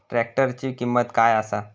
ट्रॅक्टराची किंमत काय आसा?